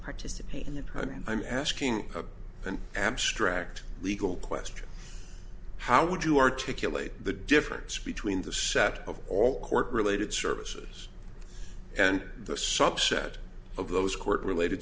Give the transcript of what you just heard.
participate in the i mean i'm asking an abstract legal question how would you articulate the difference between the set of all court related services and the subset of those court related